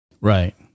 Right